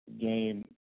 game